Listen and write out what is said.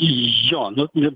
jo nu ji